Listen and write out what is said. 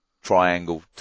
triangle